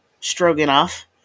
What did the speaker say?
Stroganoff